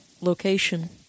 location